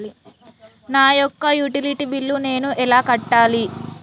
నా యొక్క utility bill నేను ఎలా కట్టాలి?